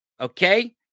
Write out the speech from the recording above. Okay